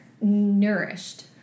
nourished